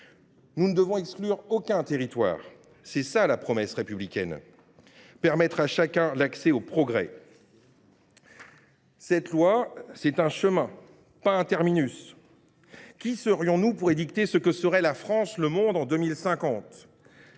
Nous ne devons en exclure aucun. C’est cela, la promesse républicaine : garantir à chacun l’accès au progrès. Cette loi est un chemin, non un terminus. Qui serions nous pour édicter ce que seront la France et le monde en 2050 ?